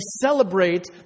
celebrate